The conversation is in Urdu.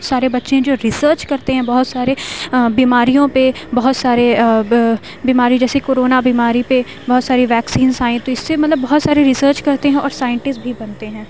سارے بچے ہیں جو ریسرچ کرتے ہیں بہت سارے بیماریوں پہ بہت سارے بیماری جیسے کورونا بیماری پہ بہت ساری ویکسینس آئیں تو اس سے مطلب بہت سارے ریسرچ کرتے ہیں اور سائنٹسٹ بھی بنتے ہیں